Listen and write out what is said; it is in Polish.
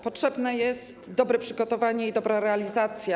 Potrzebne jest dobre przygotowanie i dobra realizacja.